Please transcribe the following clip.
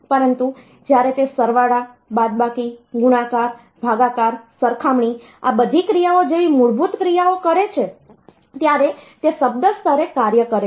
પરંતુ જ્યારે તે સરવાળા બાદબાકી ગુણાકાર ભાગાકાર સરખામણી આ બધી ક્રિયાઓ જેવી મૂળભૂત ક્રિયાઓ કરે છે ત્યારે તે શબ્દ સ્તરે કાર્ય કરે છે